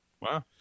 wow